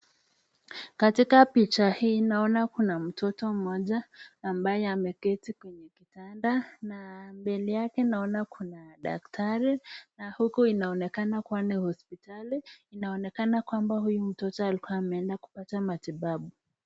Katika picha hii naona kuna mtoto mmoja ambaye ameketi kwenye kitanda na mbele yake naona kuna daktari na huku inaonekana kuwa ni hospitali. Inaonekana kwamba huyu mtoto alikuwa ameenda kupata matibabu.